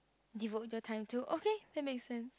devote your time to okay that make sense